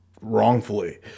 wrongfully